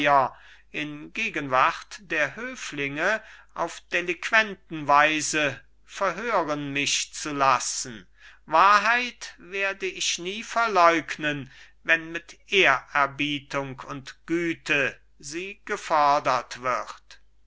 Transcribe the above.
in gegenwart der höflinge auf delinquentenweise verhören mich zu lassen wahrheit werde ich nie verleugnen wenn mit ehrerbietung und güte sie gefordert wird